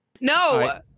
No